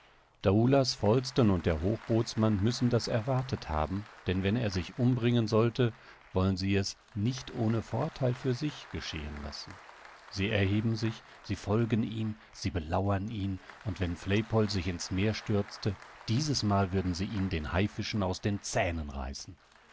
daoulas falsten und der hochbootsmann müssen das erwartet haben denn wenn er sich umbringen sollte wollen sie es nicht ohne vortheil für sich geschehen lassen sie erheben sich sie folgen ihm sie belauern ihn und wenn flaypol sich in's meer stürzte dieses mal würden sie ihn den haifischen aus den zähnen reißen